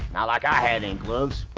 not like i had any gloves.